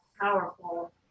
powerful